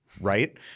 right